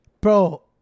Bro